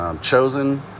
chosen